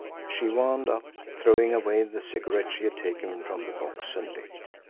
she wound up, throwing away the cigarette she had taken from the box and lit.